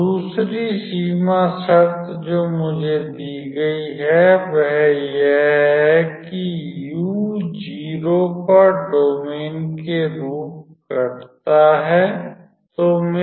दूसरी सीमा शर्त जो मुझे दी गई है वह यह है कि u 0 पर डोमेन के रूप घटता है